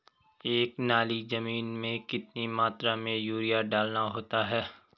एक नाली जमीन में कितनी मात्रा में यूरिया डालना होता है?